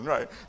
Right